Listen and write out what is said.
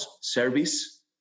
service